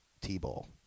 T-Ball